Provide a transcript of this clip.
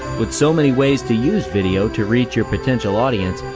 with so many ways to use video to reach your potential audience,